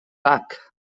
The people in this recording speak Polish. tak